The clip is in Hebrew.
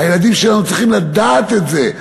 הילדים שלנו צריכים לדעת את זה,